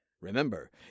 Remember